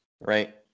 right